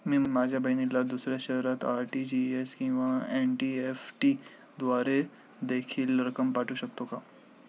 मी माझ्या बहिणीला दुसऱ्या शहरात आर.टी.जी.एस किंवा एन.इ.एफ.टी द्वारे देखील रक्कम पाठवू शकतो का?